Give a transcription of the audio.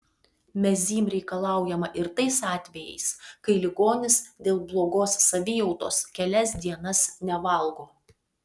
mezym reikalaujama ir tais atvejais kai ligonis dėl blogos savijautos kelias dienas nevalgo